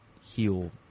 heal